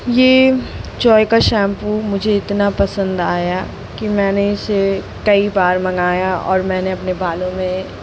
ये जॉय का शैम्पू मुझे इतना पसंद आया कि मैंने इसे कई बार मंगाया और मैंने अपने बालों में